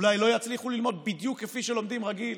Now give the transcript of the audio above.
אולי לא יצליחו ללמוד בדיוק כפי שלומדים רגיל,